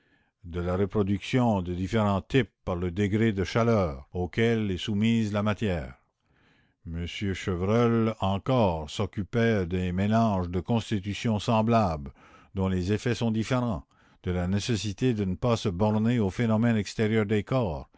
de la reproduction de différents types par le degré de chaleur auquel est soumise la matière m chevreul encore s'occupa des mélanges de constitutions semblables dont les effets sont différents de la nécessité de ne pas se borner aux phénomènes extérieurs des corps